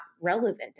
relevant